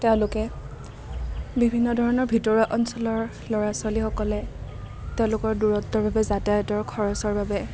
তেওঁলোকে বিভিন্ন ধৰণৰ ভিতৰুৱা অঞ্চলৰ ল'ৰা ছোৱালীসকলে তেওঁলোকৰ দূৰত্বৰ বাবে যাতায়তৰ খৰচৰ বাবে